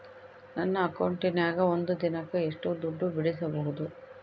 ನನ್ನ ಅಕೌಂಟಿನ್ಯಾಗ ಒಂದು ದಿನಕ್ಕ ಎಷ್ಟು ದುಡ್ಡು ಬಿಡಿಸಬಹುದು?